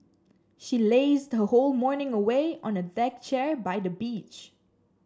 she lazed her whole morning away on a deck chair by the beach